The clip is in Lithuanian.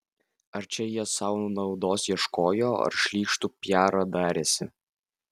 ar čia jie sau naudos ieškojo ar šlykštų piarą darėsi